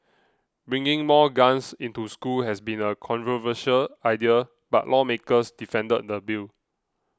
bringing more guns into school has been a controversial idea but lawmakers defended the bill